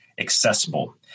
accessible